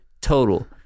total